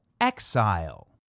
exile